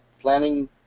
planning